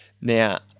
Now